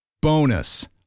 Bonus